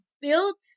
builds